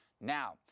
Now